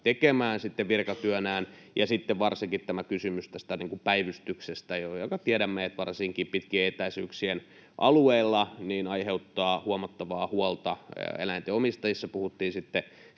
— ja sitten varsinkin tähän kysymykseen tästä päivystyksestä, jonka tiedämme varsinkin pitkien etäisyyksien alueilla aiheuttavan huomattavaa huolta eläinten omistajissa, puhuttiin sitten